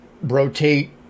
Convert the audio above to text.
rotate